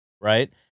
Right